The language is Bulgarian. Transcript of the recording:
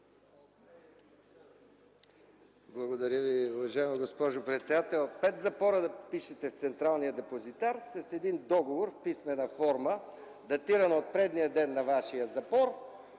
Благодаря Ви, уважаема госпожо председател. Пет запора да впишете в Централния депозитар, с един договор в писмена форма, датиран от предния ден на Вашия запор,